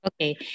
Okay